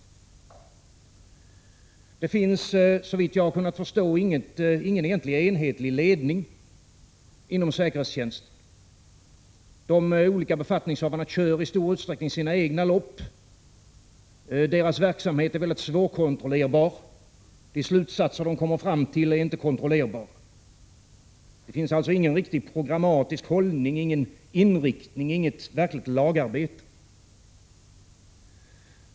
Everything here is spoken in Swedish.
Det finns såvitt jag har kunnat förstå egentligen ingen enhetlig ledning inom säkerhetstjänsten. De olika befattningshavarna kör i stor utsträckning sina egna lopp. Deras verksamhet är väldigt svårkontrollerbar. De slutsatser de kommer fram till är inte kontrollerbara. Där finns alltså ingen riktigt programmatisk hållning, ingen inriktning, inget verkligt lagarbete.